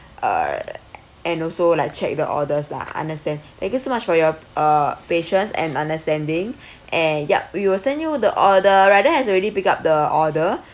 err and also like check with the orders lah understand thank you so much for your uh patience and understanding and yup we will send you the order rider has already picked up the order